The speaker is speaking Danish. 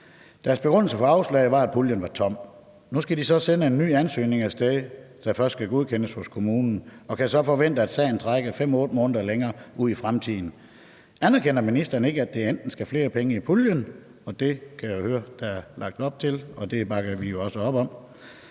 Deres begrundelse for afslag var, at puljen var tom. Nu skal de så sende en ny ansøgning af sted, der først skal godkendes hos kommunen, og kan så forvente, at sagen trækker 5-8 måneder længere ud i fremtiden. Anerkender ministeren ikke, at der enten skal flere penge i puljen, og det kan jeg høre der er lagt op til, og det bakker vi jo også op om,